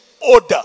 order